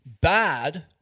bad